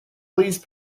please